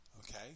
Okay